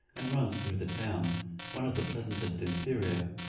and runs through the town, one of the pleasantest in syria,